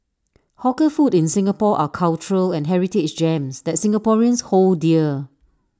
hawker food in Singapore are cultural and heritage gems that Singaporeans hold dear